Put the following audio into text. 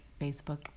Facebook